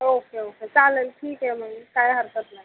okay okay चालेल ठीक आहे मग काही हरकत नाही